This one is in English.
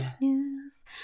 news